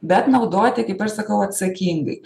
bet naudoti kaip aš sakau atsakingai